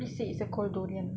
please say it's a cold durian